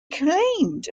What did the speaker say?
claimed